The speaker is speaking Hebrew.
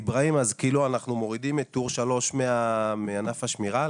איברהים, אז אנחנו מורידים את טור 3 מענף השמירה?